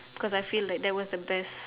because I feel like that was the best